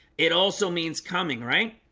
it also means coming, right?